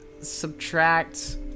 Subtract